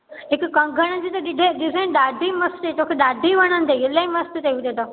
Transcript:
हिकु कंगण जी त डिजा डिज़ाइन ॾाढी मस्तु हुई तोखे ॾाढी वणंदई इलाही मस्तु अथई विझे थो